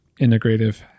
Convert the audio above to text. integrative